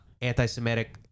anti-Semitic